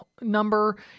number